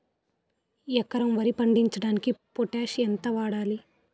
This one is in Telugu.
ఎకరం వరి పండించటానికి పొటాష్ ఎంత వాడాలి?